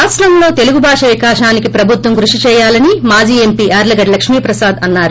రాష్టంలో తెలుగు భాష వికాసానికి ప్రభుత్వం కృషి చేయాలని మాజీ ఎంపీ యార్లగడ్డ లక్ష్మీప్రసాద్ అన్నారు